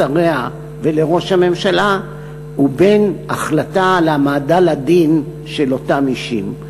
לשריה ולראש הממשלה ובין החלטה על העמדה לדין של אותם אישים.